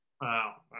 wow